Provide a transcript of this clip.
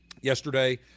yesterday